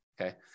okay